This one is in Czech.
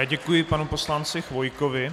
Děkuji panu poslanci Chvojkovi.